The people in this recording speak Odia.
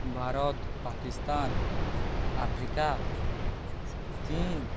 ଭାରତ ପାକିସ୍ତାନ ଆଫ୍ରିକା ଚୀନ୍